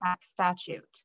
statute